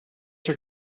your